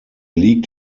liegt